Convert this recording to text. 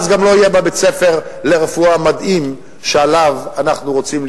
אז גם לא יהיה בה בית-ספר לרפואה מדהים כמו שאנחנו רוצים,